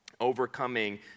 overcoming